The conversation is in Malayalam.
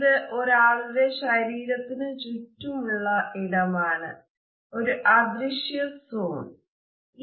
ഇത് ഒരാളുടെ ശരീരത്തിന് ചുറ്റുമുള്ള ഇടം ആണ് ഒരു അദൃശ്യ സോൺ ആണ്